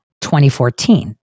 2014